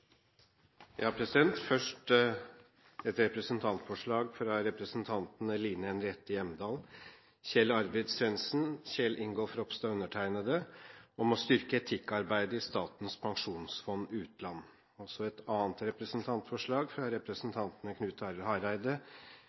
et representantforslag fra representantene Line Henriette Hjemdal, Kjell Arvid Svendsen, Kjell Ingolf Ropstad og undertegnede om å styrke etikkarbeidet i Statens pensjonsfond utland. Så vil jeg fremme et representantforslag fra representantene Knut Arild Hareide,